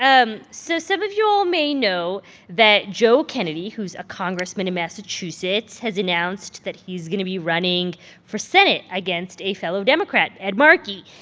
um so some of you all may know that joe kennedy, who's a congressman in massachusetts, has announced that he's going to be running for senate against a fellow democrat, ed markey.